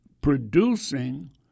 producing